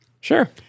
Sure